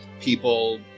people